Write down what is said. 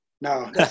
No